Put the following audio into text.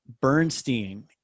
bernstein